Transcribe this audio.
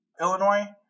Illinois